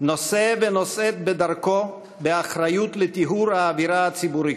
נושא ונושאת בדרכם באחריות לטיהור האווירה הציבורית,